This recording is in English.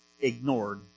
ignored